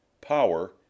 power